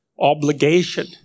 obligation